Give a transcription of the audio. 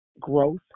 growth